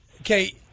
okay